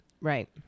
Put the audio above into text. right